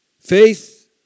faith